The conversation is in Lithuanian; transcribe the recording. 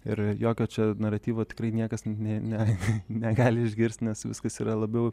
ir jokio čia naratyvo tikrai niekas nė ne negali išgirst nes viskas yra labiau